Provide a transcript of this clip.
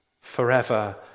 forever